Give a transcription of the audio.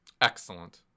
Excellent